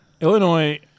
Illinois